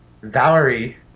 Valerie